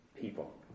people